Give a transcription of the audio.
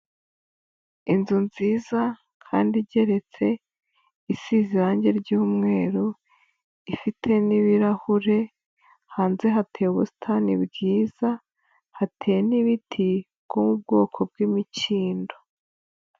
Inzu nziza kandi igeretse, isize irangi ry'umweru, ifite n'ibirahure, hanze hateye ubusitani bwiza, hateye n'ibiti by'ubwoko bw'imikindo.